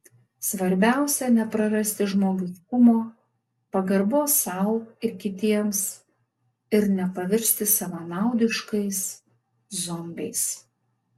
svarbiausia neprarasti žmogiškumo pagarbos sau ir kitiems ir nepavirsti savanaudiškais zombiais